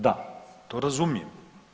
Da, to razumijem.